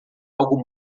algo